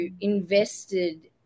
invested